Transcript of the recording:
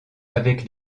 avec